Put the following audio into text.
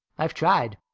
i've tried.